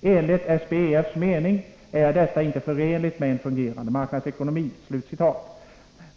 Enligt SBEF:s mening är detta inte förenligt med en fungerande marknadsekonomi.”